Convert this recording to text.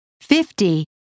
fifty